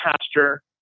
pasture